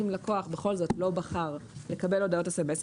אם לקוח בכל זאת לא בחר לקבל הודעות SMS,